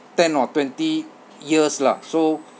ten or twenty years lah so